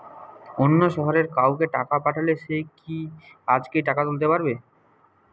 অন্য শহরের কাউকে টাকা পাঠালে সে কি আজকেই টাকা তুলতে পারবে?